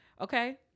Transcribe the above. Okay